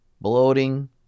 bloating